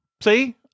See